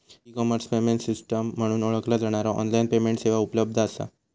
E commerce payment system म्हणून ओळखला जाणारा ऑनलाइन पेमेंट सेवा उपलब्ध असा